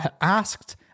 asked